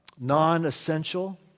non-essential